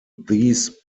these